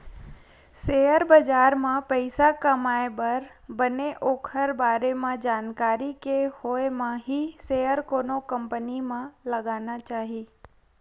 share बजार म पइसा कमाए बर बने ओखर बारे म जानकारी के होय म ही सेयर कोनो कंपनी म लगाना चाही